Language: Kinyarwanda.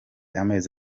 amezi